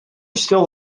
still